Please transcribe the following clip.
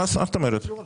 מה זאת אומרת?